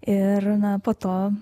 ir na po to